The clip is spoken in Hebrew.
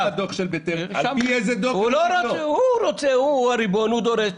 הוא הריבון, הוא הדורש.